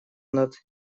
над